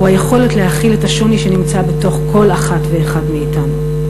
הוא היכולת להכיל את השוני שנמצא בתוך כל אחת ואחד מאתנו,